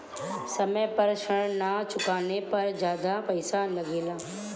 समय पर ऋण ना चुकाने पर ज्यादा पईसा लगेला?